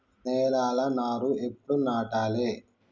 నేలలా నారు ఎప్పుడు నాటాలె?